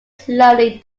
slowly